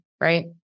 right